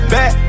Back